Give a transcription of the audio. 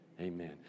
Amen